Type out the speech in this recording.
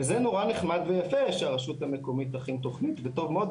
וזה נורא נחמד ויפה שהרשות המקומית תכין תכנית וטוב מאוד.